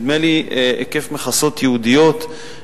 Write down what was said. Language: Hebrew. בשנת 1969 הייתי בן